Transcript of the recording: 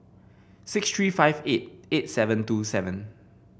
six three five eight eight seven two seven